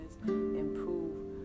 improve